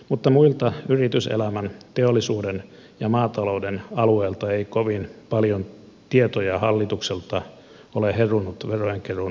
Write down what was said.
mutta muilta yrityselämän teollisuuden ja maatalouden alueilta ei kovin paljon tietoja hallitukselta ole herunut verojen keruun paranemisesta